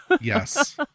yes